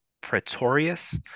Pretorius